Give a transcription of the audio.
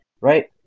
right